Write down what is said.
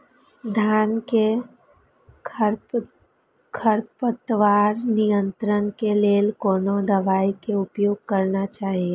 धान में खरपतवार नियंत्रण के लेल कोनो दवाई के उपयोग करना चाही?